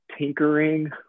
tinkering